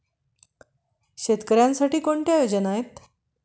शेतकऱ्यांसाठी कोणत्या योजना आहेत?